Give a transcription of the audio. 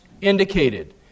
indicated